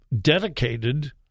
dedicated